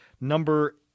Number